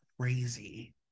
crazy